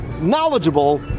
knowledgeable